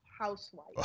housewife